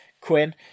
quinn